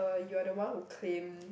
you are the one who claim